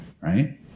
Right